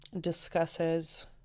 discusses